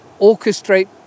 orchestrate